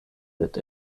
sed